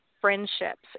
friendships